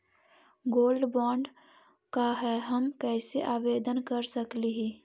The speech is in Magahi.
गोल्ड बॉन्ड का है, हम कैसे आवेदन कर सकली ही?